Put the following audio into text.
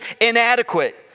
inadequate